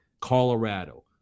Colorado